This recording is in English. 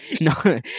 No